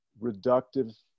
reductive